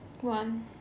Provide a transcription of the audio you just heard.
One